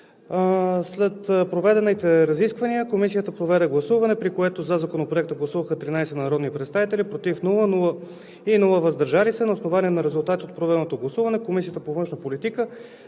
След проведените разисквания Комисията проведе гласуване, при което „за“ Законопроекта гласуваха 13 народни представители, без „против“ и „въздържал се“. На основание на резултата от проведеното гласуване